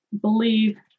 believe